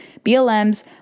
BLM's